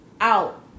out